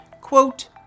quote